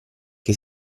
che